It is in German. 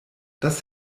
das